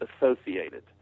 associated